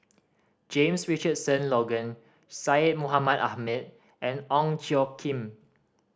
James Richardson Logan Syed Mohamed Ahmed and Ong Tjoe Kim